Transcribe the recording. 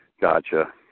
Gotcha